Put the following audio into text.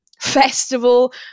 festival